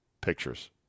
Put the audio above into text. pictures